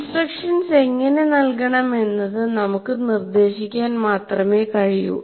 instructions എങ്ങിനെ നൽകണം എന്നത് നമുക്ക് നിർദേശിക്കാൻ മാത്രമേ കഴിയു